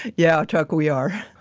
yeah, chuck, we are.